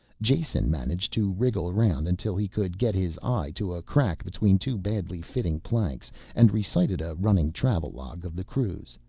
jason managed to wriggle around until he could get his eye to a crack between two badly fitting planks and recited a running travelogue of the cruise,